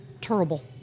Terrible